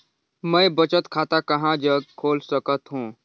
मैं बचत खाता कहां जग खोल सकत हों?